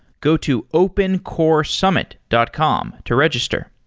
go to opencoresummit dot com to register.